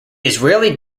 israeli